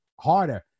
harder